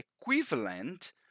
equivalent